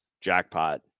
jackpot